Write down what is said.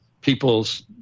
people's